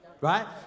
Right